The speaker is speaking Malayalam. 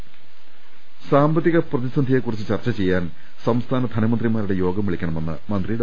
് സാമ്പത്തിക പ്രതിസന്ധിയെ കുറിച്ച് ചർച്ച ചെയ്യാൻ സംസ്ഥാന ധനമന്ത്രിമാരുടെ യോഗം വിളിക്കണമെന്ന് മന്ത്രി ഡോ